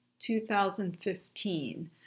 2015